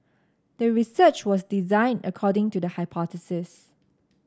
the research was designed according to the hypothesis